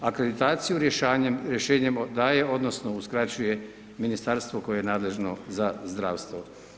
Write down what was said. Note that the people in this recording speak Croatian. Akreditaciju rješenjem daje odnosno uskraćuje ministarstvo koje je nadležno za zdravstvo.